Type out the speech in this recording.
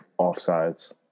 offsides